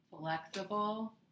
Flexible